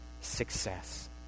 success